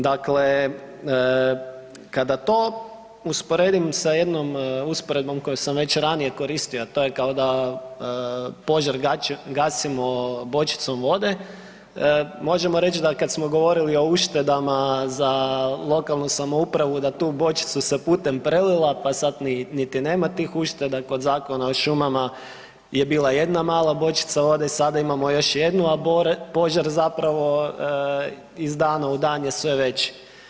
Dakle, kada to usporedim sa jednom usporedbom koju sam već ranije koristio, a to je kao da požar gasimo bočicom vode, možemo reć da kad smo govorili o uštedama za lokalnu samoupravu da tu bočicu se putem prelila, pa sad niti nema tih ušteda, kod Zakona o šumama je bila jedna mala bočica vode, sada imamo još jednu, a požar zapravo iz dana u dan je sve veći.